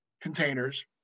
containers